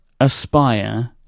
aspire